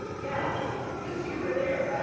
yeah because you were there, right?